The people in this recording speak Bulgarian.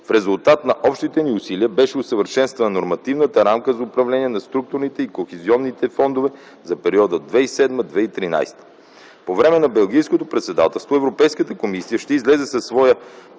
В резултат на общите ни усилия беше усъвършенствана нормативната рамка за управление на структурните и Кохезионния фондове за периода 2007-2013 г. По време на Белгийското председателство Европейската комисия ще излезе със своя